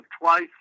twice